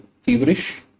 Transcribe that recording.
feverish